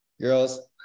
girls